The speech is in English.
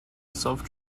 self